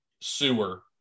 sewer